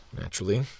Naturally